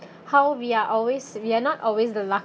how we are always we're not always the